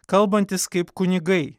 kalbantys kaip kunigai